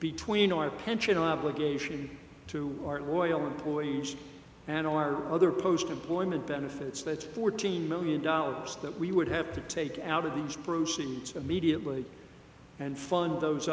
between our pension obligation to our loyal employees and our other post employment benefits that fourteen million dollars that we would have to take out of these proceeds are mediately and funnel those